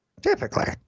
Typically